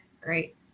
Great